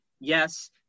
Yes